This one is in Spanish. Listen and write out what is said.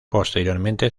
posteriormente